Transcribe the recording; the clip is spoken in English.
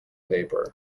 paper